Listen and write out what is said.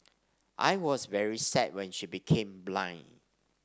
I was very sad when she became blind